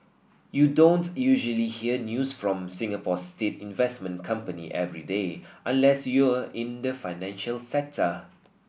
you don't usually hear news from Singapore's state investment company every day unless you're in the financial sector